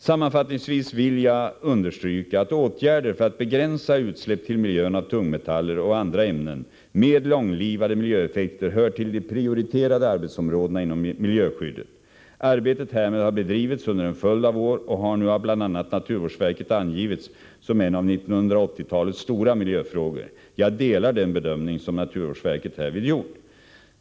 Sammanfattningsvis vill jag understryka att åtgärder för att begränsa utsläpp till miljön av tungmetaller och andra ämnen med långlivade miljöeffekter hör till de prioriterade arbetsområdena inom miljöskyddet. Arbetet härmed har bedrivits under en följd av år och har nu av bl.a. naturvårdsverket angivits som en av 1980-talets stora miljöfrågor. Jag delar den bedömning som naturvårdsverket härvid gjort.